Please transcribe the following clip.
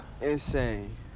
Insane